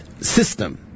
system